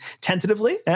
tentatively